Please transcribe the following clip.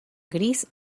gris